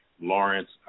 Lawrence